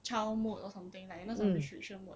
child mode or something like 那种 restriction mode